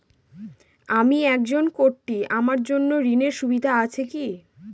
আমি একজন কট্টি আমার জন্য ঋণের সুবিধা আছে কি?